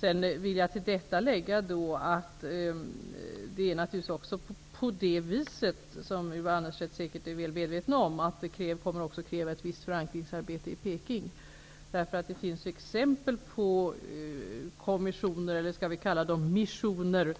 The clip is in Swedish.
Jag vill till detta lägga, vilket Ylva Annerstedt säkert är medveten om, att det naturligtvis även kommer att kräva ett visst förankringsarbete i Peking. Det finns nämligen exempel på kommissioner, eller man kanske skall kalla dem missioner,